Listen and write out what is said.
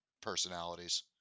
personalities